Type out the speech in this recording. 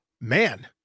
Man